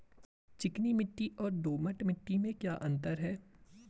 चिकनी मिट्टी और दोमट मिट्टी में क्या अंतर है?